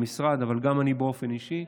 המשרד, אבל גם אני באופן אישי.